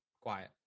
quiet